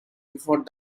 before